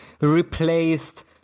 replaced